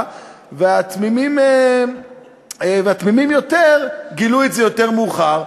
והתמימים יותר גילו את זה יותר מאוחר,